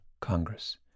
Congress